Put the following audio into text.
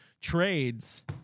trades